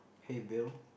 hey Bill